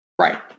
Right